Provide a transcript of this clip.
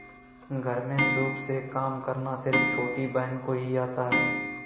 घर में सूप से काम करना सिर्फ छोटी बहन को ही आता है